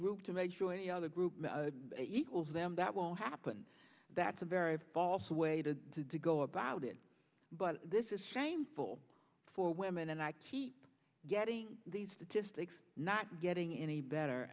group to make sure any other group equals them that won't happen that's a very false way to go about it but this is shameful for women and i keep getting these statistics not getting any